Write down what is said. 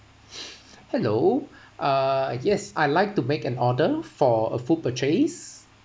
hello uh yes I'd like to make an order for a food purchase